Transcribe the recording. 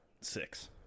Six